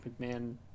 McMahon